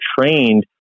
trained